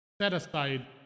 set-aside